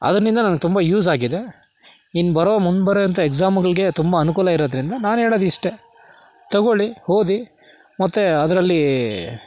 ಅದರ್ನಿಂದ ನನಗೆ ತುಂಬ ಯೂಸ್ ಆಗಿದೆ ಇನ್ನು ಬರೋ ಮುಂಬರೋವಂಥ ಎಕ್ಸಾಮ್ಗಳಿಗೆ ತುಂಬ ಅನುಕೂಲ ಇರೋದ್ರಿಂದ ನಾನು ಹೇಳೋದು ಇಷ್ಟೆ ತಗೊಳ್ಳಿ ಓದಿ ಮತ್ತೆ ಅದರಲ್ಲಿ